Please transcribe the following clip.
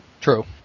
True